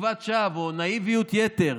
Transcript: תקוות שווא או נאיביות יתר: